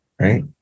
Right